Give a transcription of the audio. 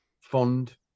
fond